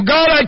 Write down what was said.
God